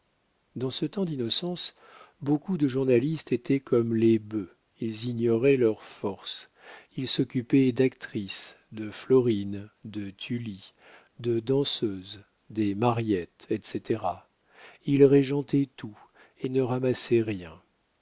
dans ce temps d'innocence beaucoup de journalistes étaient comme les bœufs ils ignoraient leurs forces ils s'occupaient d'actrices de florine de tullie de danseuses des mariette etc ils régentaient tout et ne ramassaient rien